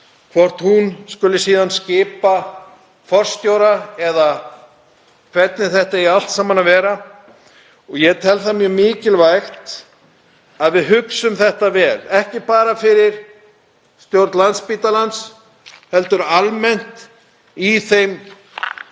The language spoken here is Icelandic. hvort hún skuli síðan skipa forstjóra eða hvernig þetta eigi allt saman að vera og ég tel mjög mikilvægt að við hugsum þetta vel, ekki bara fyrir stjórn Landspítalans heldur almennt í þeim